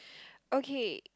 okay